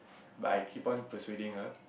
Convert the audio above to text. but I keep on persuading her